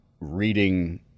reading